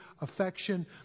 affection